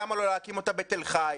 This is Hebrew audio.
למה לא להקים אותה בתל חי?